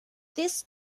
this